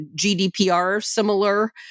GDPR-similar